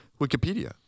Wikipedia